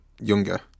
younger